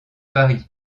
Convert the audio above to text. paris